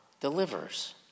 delivers